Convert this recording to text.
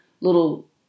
little